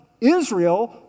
Israel